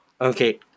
okay